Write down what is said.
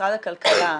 משרד הכלכלה,